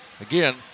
again